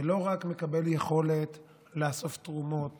ולא רק מקבל יכולת לאסוף תרומות